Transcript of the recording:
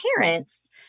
parents